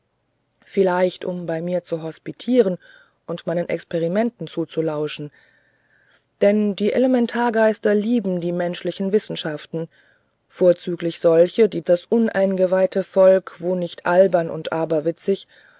vielleicht um bei mir zu hospitieren und meinen experimenten zuzulauschen denn die elementargeister lieben die menschlichen wissenschaften vorzüglich solche die das uneingeweihte volk wo nicht albern und aberwitzig